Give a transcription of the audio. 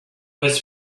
was